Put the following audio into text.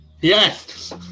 Yes